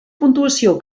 puntuació